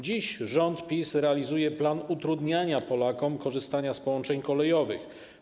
Dziś rząd PiS realizuje plan utrudniania Polakom korzystania z połączeń kolejowych.